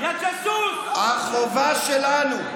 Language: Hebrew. החובה שלנו,